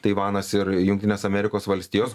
taivanas ir jungtinės amerikos valstijos